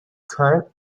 current